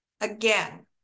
again